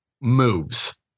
moves